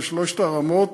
שלוש הרמות.